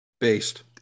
Based